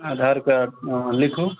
आधार कार्ड लिखू